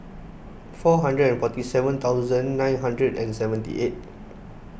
four hundred forty seven thousand nine hundred and seventy eight